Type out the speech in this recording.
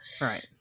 right